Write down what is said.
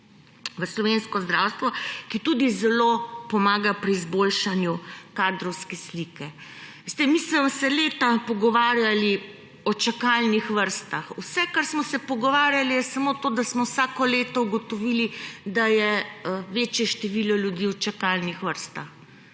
v slovensko zdravstvo, ki tudi zelo pomaga pri izboljšanju kadrovske slike. Mi smo se leta pogovarjali o čakalnih vrstah. Vse, kar smo se pogovarjali, je samo to, da smo vsako leto ugotovili, da je večje število ljudi v čakalnih vrstah.